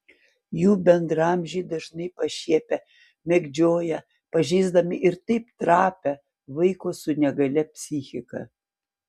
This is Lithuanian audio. jų bendraamžiai dažnai pašiepia mėgdžioja pažeisdami ir taip trapią vaiko su negalia psichiką